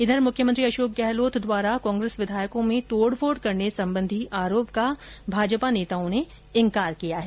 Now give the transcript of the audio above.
इधर मुख्यमंत्री अशोक गहलोत द्वारा कांग्रेस विधायकों में तोड़फोड़ करने संबंधी आरोप का भाजपा नेताओं ने इनकार किया है